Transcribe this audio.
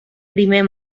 primer